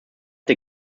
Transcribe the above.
der